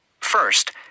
First